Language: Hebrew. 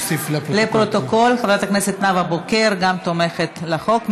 לפרוטוקול, גם חברת הכנסת נאוה בוקר תומכת בחוק.